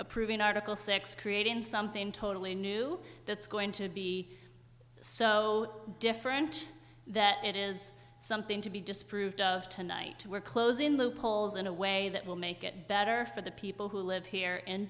approving article six creating something totally new that's going to be so different that it is something to be disproved of tonight we're closing loopholes in a way that will make it better for the people who live here in